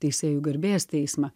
teisėjų garbės teismą